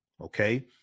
Okay